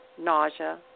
nausea